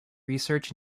research